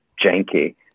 janky